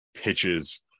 pitches